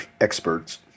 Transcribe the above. experts